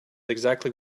exactly